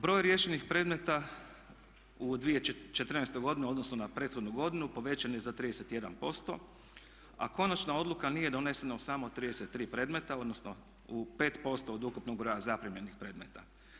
Broj riješenih predmeta u 2014. godini u odnosu na prethodnu godinu povećan je za 31%, a konačna odluka nije donesena u samo 33 predmeta, odnosno u 5% od ukupnog broja zaprimljenih predmeta.